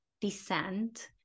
descent